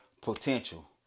potential